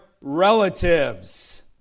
relatives